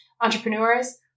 entrepreneurs